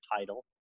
title